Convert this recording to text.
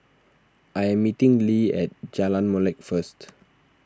I am meeting Le at Jalan Molek first